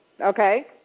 Okay